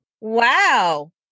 Wow